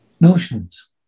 notions